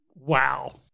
wow